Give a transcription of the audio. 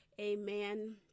Amen